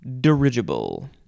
dirigible